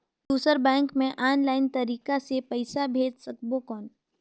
दुसर बैंक मे ऑफलाइन तरीका से पइसा भेज सकबो कौन?